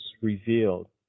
revealed